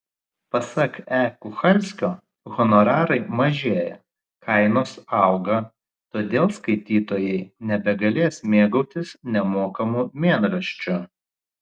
pasak e kuchalskio honorarai mažėja kainos auga todėl skaitytojai nebegalės mėgautis nemokamu mėnraščiu